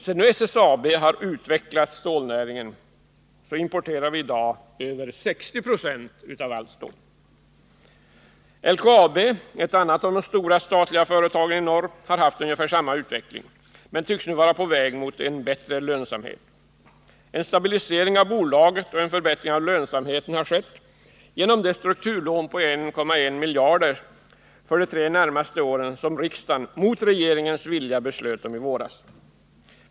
Sedan nu SSAB har ”utvecklat” stålnäringen importerar vi över 60 90 av allt stål. LKAB, ett annat av de stora statliga företagen i norr, har haft ungefär samma utveckling men tycks nu vara på väg mot en bättre lönsamhet. En stabilisering av bolaget och en förbättring av lönsamheten har skett genom det strukturlån på 1,1 miljard för de tre närmaste åren som riksdagen — mot regeringens vilja — beslöt om i våras.